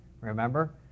remember